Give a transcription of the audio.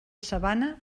sabana